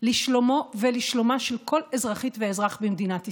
לשלומו ולשלומה של כל אזרחית ואזרח במדינת ישראל.